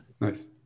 nice